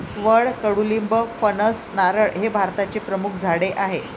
वड, कडुलिंब, फणस, नारळ हे भारताचे प्रमुख झाडे आहे